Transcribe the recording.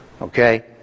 Okay